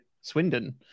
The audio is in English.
Swindon